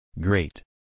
Great